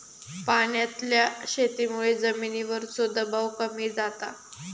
पाण्यातल्या शेतीमुळे जमिनीवरचो दबाव कमी जाता